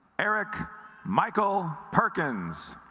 eric michael perkins